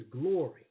glory